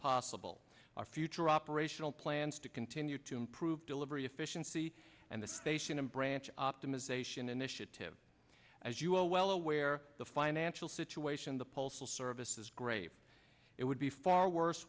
possible our future operational plans to continue to improve delivery efficiency and the station and branch optimization initiative as you are well aware the financial situation the pulse of service is grave it would be far worse